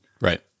right